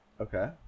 okay